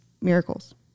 miracles